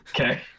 Okay